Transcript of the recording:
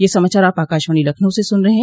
ब्रे क यह समाचार आप आकाशवाणी लखनऊ से सुन रहे हैं